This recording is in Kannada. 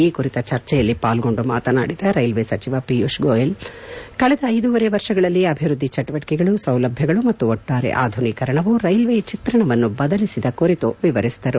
ಈ ಕುರಿತ ಚರ್ಚೆಯಲ್ಲಿ ಪಾಲ್ಗೊಂಡು ಮಾತನಾಡಿದ ರೈಲ್ವೆ ಸಚಿವ ಪಿಯೂಷ್ ಗೋಯಲ್ ಅವರು ಕಳೆದ ಐದೂವರೆ ವರ್ಷಗಳಲ್ಲಿ ಅಭಿವೃದ್ದಿ ಚಟುವಟಿಕೆಗಳು ಸೌಲಭ್ಯಗಳು ಮತ್ತು ಒಟ್ಟಾರೆ ಆಧುನೀಕರಣವು ರೈಲ್ವೆಯ ಚಿತ್ರಣವನ್ನು ಬದಲಿಸಿದ ಕುರಿತು ವಿವರಿಸಿದರು